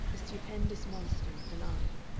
a stupendous monster of an eye.